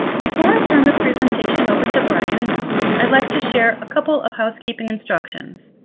before i turn the presentation over to brian and ralph, i'd like to share a couple of housekeeping instructions.